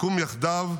נקום יחדיו,